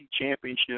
championship